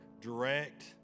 direct